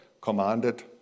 commanded